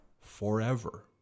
forever